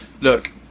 look